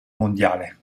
mondiale